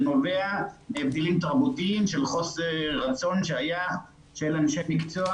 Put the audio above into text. נובע מהבדלים תרבותיים של חוסר רצון שהיה של אנשי מקצוע